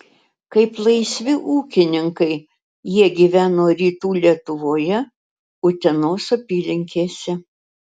kaip laisvi ūkininkai jie gyveno rytų lietuvoje utenos apylinkėse